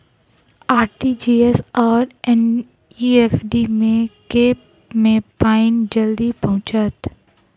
RTGS आओर NEFT मे केँ मे पानि जल्दी पहुँचत